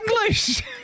English